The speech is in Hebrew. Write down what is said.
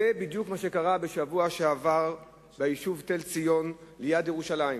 זה בדיוק מה שקרה בשבוע שעבר ביישוב תל-ציון ליד ירושלים,